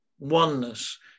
oneness